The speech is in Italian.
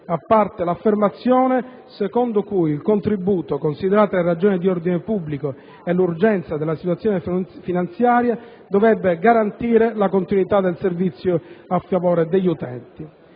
a parte l'affermazione secondo cui il contributo, considerate le ragioni di ordine pubblico e l'urgenza della situazione finanziaria, dovrebbe garantire la continuità del servizio a favore degli utenti.